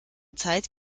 zeit